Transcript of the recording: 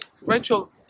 Rachel